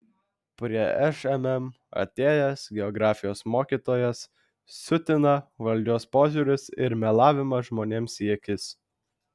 prie šmm atėjęs geografijos mokytojas siutina valdžios požiūris ir melavimas žmonėms į akis